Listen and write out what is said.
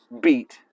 beat